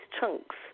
chunks